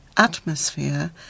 Atmosphere